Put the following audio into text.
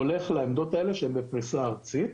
הולך לעמדות האלה שבפריסה ארצית.